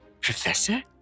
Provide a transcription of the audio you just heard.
Professor